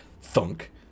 thunk